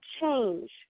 change